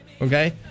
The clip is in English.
Okay